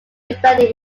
defending